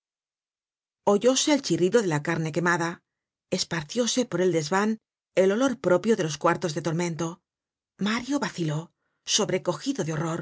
madera oyóse el chirrido de la carne quemada esparcióse por el desvan el olor propio de los cuartos de tormento mario vaciló sobrecogido de horror